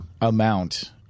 amount